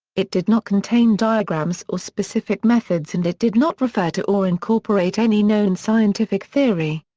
it did not contain diagrams or specific methods and it did not refer to or incorporate any known scientific theory.